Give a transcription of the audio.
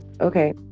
Okay